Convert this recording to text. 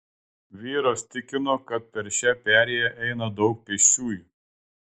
vyras tikino kad per šią perėją eina daug pėsčiųjų